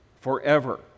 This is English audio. forever